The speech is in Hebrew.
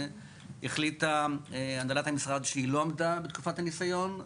החליט הנהלת המשרד שהיא לא עמדה בתקופת הניסיון,